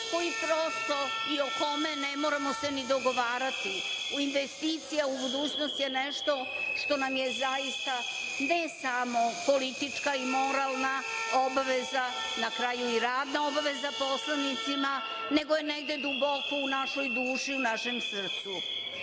koji prosto i o kome ne moramo se ni dogovarati, o investicijama, budućnost je nešto što nam je zaista ne samo politička i moralna obaveza, na kraju i radna obaveza, poslanicima, nego je negde duboko u našoj duši, u našem